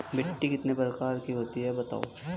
मिट्टी कितने प्रकार की होती हैं बताओ?